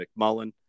McMullen